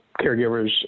caregivers